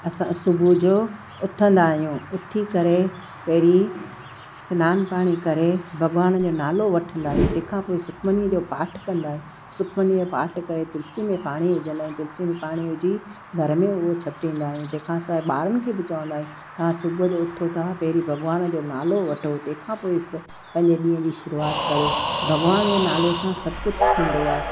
असां सुबुह जो उथंदा आहियूं उथी करे पहिरीं सनानु पाणी करे भॻवान जो नालो वठंदा आहियूं तंहिंखां पोएं सुखमनी जो पाठ कंदा आहियूं सुखमनी जो पाठ करे तुलसी में पाणी विझंदा आहियूं तुलसी में पाणी विझी घर में हूं छटींदा आहियूं तंहिंखां सिवाइ ॿारनि खे बि चवंदा आहियूं तव्हां सुबुह जो उथो तव्हां पहिरीं भॻवान जो नालो वठो तंहिंखां पोएं पंहिंजे ॾींहुं जी शुरूआत करियो भॻवान जे नाले सां सभु कुझु थींदो आहे